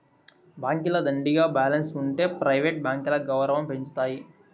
బాంకీల దండిగా బాలెన్స్ ఉంటె ప్రైవేట్ బాంకీల గౌరవం పెంచతాయి